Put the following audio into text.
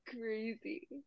crazy